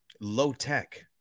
low-tech